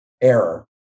error